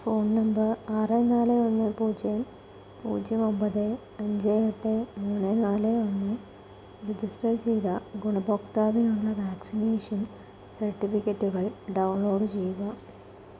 phone number ആറ് നാല് ഒന്ന് പൂജ്യം പൂജ്യം ഒൻപത് അഞ്ച് എട്ട് മൂന്ന് നാല് ഒന്ന് രജിസ്റ്റർ ചെയ്ത ഗുണഭോക്താവിനുള്ള വാക്സിനേഷൻ സർട്ടിഫിക്കറ്റുകൾ ഡൗൺലോഡ് ചെയ്യുക